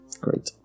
Great